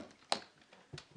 נתי, אתה